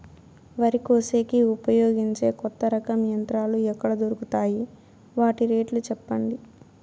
వరి కోసేకి ఉపయోగించే కొత్త రకం యంత్రాలు ఎక్కడ దొరుకుతాయి తాయి? వాటి రేట్లు చెప్పండి?